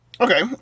Okay